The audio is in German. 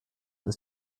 ist